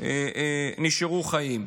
נשארו חיים.